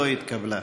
לא התקבלה.